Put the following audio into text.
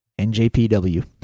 NJPW